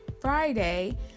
Friday